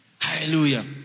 Hallelujah